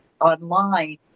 online